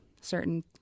certain